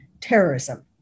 terrorism